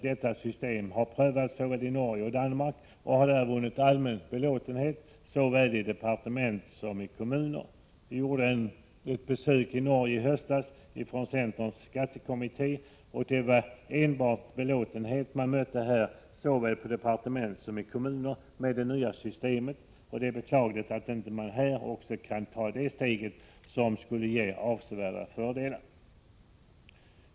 Detta system har prövats i både Norge och Danmark och har utfallit till allmän belåtenhet såväl i departement som i kommuner. Centerns skattekommitté gjorde i höstas ett nytt besök i Norge. Vi mötte enbart belåtenhet över det nya systemet från såväl departement som från kommuner. Det är beklagligt att man inte också här kan ta ett sådant steg, som skulle ge avsevärda fördelar.